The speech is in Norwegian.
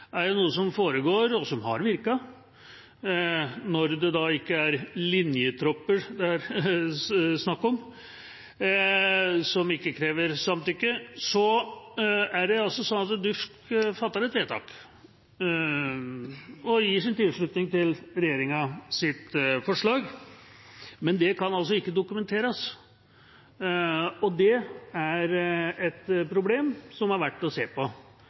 er noe som foregår, og som har virket – når det da ikke er linjetropper det er snakk om, som ikke krever samtykke. DUUFK fatter et vedtak og gir sin tilslutning til regjeringas forslag, men det kan altså ikke dokumenteres. Det er et problem som er verdt å se på,